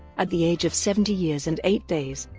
at the age of seventy years and eight days,